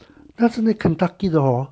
但是那 Kentucky 的 hor